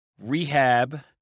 rehab